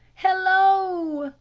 hello!